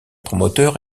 promoteur